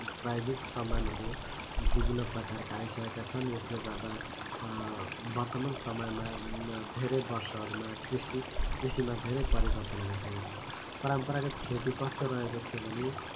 प्राविधिक समानहरू विभिन्न प्रकारका आइसकेका छन् यसले गर्दा वर्तमान समयमा धेरै वर्षहरूमा कृषि कृषिमा धेरै परिवर्तन आइसकेका छ परम्परागत खेती कस्तो रहेको थियो भने